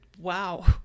wow